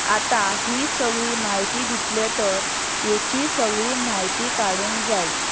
आतां ही सगळी म्हायती दितले तर हेची सगळी म्हायती काडूंक जायी